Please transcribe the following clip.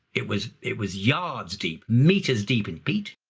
it was it was yards deep, meters deep, in peat.